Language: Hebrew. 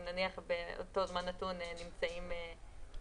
אם נניח באותו זמן נתון נמצאים באוטובוס